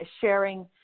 sharing